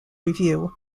review